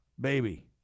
baby